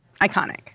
Iconic